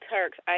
Turks